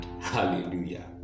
Hallelujah